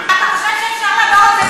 בעזרת ישראלים?